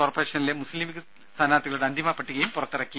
കോഴിക്കോട് കോർപ്പറേഷനിലെ മുസ്സിംലീഗ് സ്ഥാനാർത്ഥികളുടെ അന്തിമ പട്ടികയും പുറത്തിറക്കി